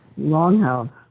Longhouse